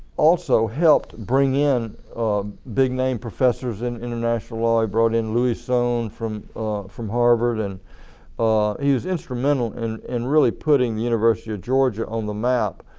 also helped bring in big name professors in international law. he brought in louis sohn from from harvard and he was instrumental and in really putting university of georgia on the map